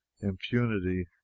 impunity